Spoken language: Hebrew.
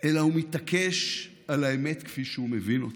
אלא הוא מתעקש על האמת כפי שהוא מבין אותה.